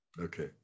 Okay